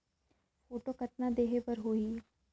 Photo कतना देहें बर होहि?